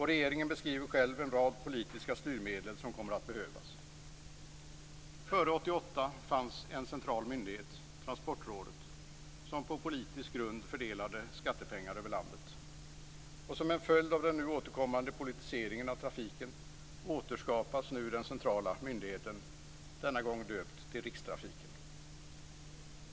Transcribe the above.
Regeringen beskriver själv en hel rad politiska styrmedel som kommer att behövas. Före 1988 fanns en central myndighet, Transportrådet, som på politisk grund fördelade skattepengar över landet. Som en följd av den nu återkommande politiseringen av trafiken återskapas den centrala myndigheten, denna gång döpt till rikstrafiken.